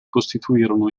costituirono